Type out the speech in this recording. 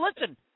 Listen